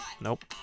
Nope